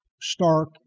stark